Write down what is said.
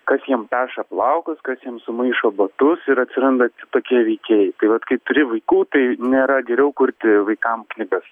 kas jiem peša plaukus kas jiem sumaišo batus ir atsiranda tokie veikėjai tai vat kai turi vaikų tai nėra geriau kurti vaikam knygas